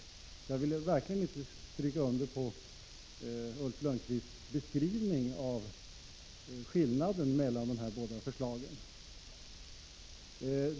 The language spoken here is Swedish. Därför vill jag verkligen inte skriva under på Ulf Lönnqvists beskrivning av skillnaden mellan de här båda förslagen.